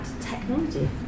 technology